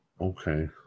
Okay